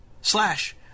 slash